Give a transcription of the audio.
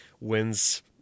wins